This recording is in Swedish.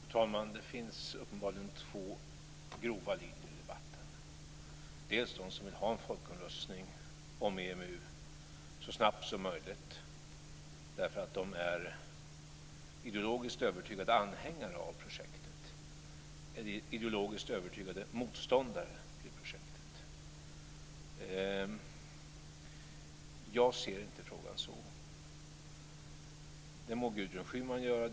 Fru talman! Det finns uppenbarligen två grova linjer i debatten. Det finns de som vill ha en folkomröstning om EMU så snabbt som möjligt därför att de är ideologiskt övertygade anhängare av projektet eller ideologiskt övertygade motståndare till projektet. Jag ser inte frågan så. Det må Gudrun Schyman göra.